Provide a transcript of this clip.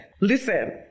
listen